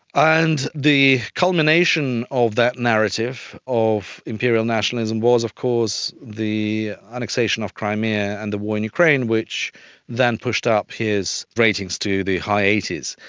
and the culmination of that narrative of imperial nationalism was of course the annexation of crimea and the war in ukraine, which then pushed up his ratings to the high eighty s.